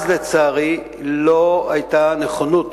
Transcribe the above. אז, לצערי, לא היתה נכונות